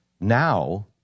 Now